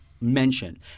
mention